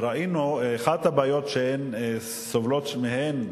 ראינו שאחת הבעיות שהן סובלות מהן,